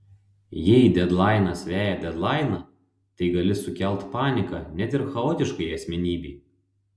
jei dedlainas veja dedlainą tai gali sukelt paniką net ir chaotiškai asmenybei